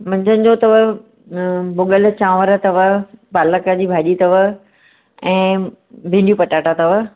मंझंदि जो अथव भुॻल चांवर अथव पालक जी भाॼी अथव ऐं भींडियूं पटाटा अथव